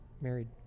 married